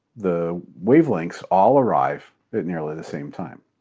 the wavelengths all arrive at nearly the same time.